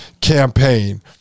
campaign